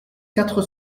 quatre